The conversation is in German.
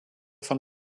von